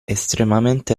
estremamente